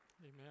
Amen